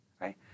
Right